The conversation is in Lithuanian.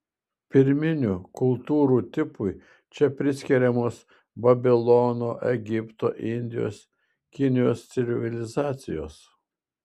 pirminių kultūrų tipui čia priskiriamos babilono egipto indijos kinijos civilizacijos